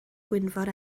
gwynfor